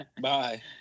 Bye